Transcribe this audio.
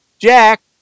Jack